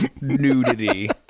nudity